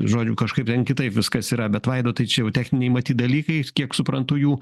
žodžiu kažkaip kitaip viskas yra bet vaidotai čia jau techniniai matyt dalykai kiek suprantu jų